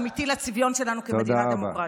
זה חשש אמיתי לצביון שלנו כמדינה דמוקרטית.